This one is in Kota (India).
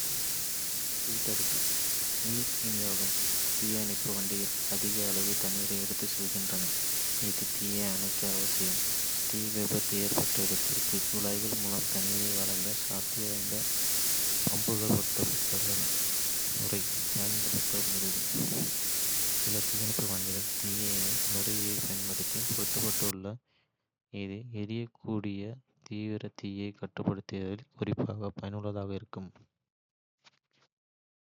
தீ தடுப்பு. நீர் விநியோகம் தீயணைப்பு வண்டிகள் அதிக அளவு தண்ணீரை எடுத்துச் செல்கின்றன, இது தீயை அணைக்க அவசியம். தீ விபத்து ஏற்பட்ட இடத்திற்கு குழாய்கள் மூலம் தண்ணீரை வழங்க சக்திவாய்ந்த பம்புகள் பொருத்தப்பட்டுள்ளன. நுரை பயன்பாடு சில தீயணைப்பு வண்டிகள் தீயணைப்பு நுரையைப் பயன்படுத்த பொருத்தப்பட்டுள்ளன, இது எரியக்கூடிய திரவ தீயைக் கட்டுப்படுத்துவதில் குறிப்பாக பயனுள்ளதாக இருக்கும்.